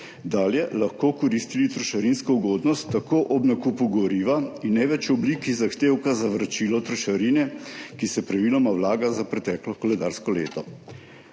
dalje koristili trošarinsko ugodnost takoj ob nakupu goriva in ne več v obliki zahtevka za vračilo trošarine, ki se praviloma vlaga za preteklo koledarsko leto.